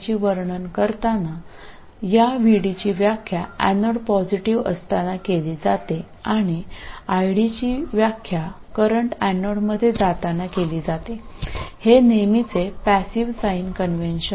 സ്വഭാവം വിവരിക്കുമ്പോൾ anode positive ആയതിനാൽ ഈ VD നിർവചിക്കപ്പെടുന്നു കൂടാതെ ആനോഡിലേക്ക് പോകുന്ന കറന്റ് ഉപയോഗിച്ച് ID നിർവചിക്കപ്പെടുന്നു അതിനാൽ അതാണ് സാധാരണ നിഷ്ക്രിയ ചിഹ്ന കൺവെൻഷൻ